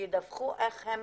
כאילו